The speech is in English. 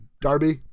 Darby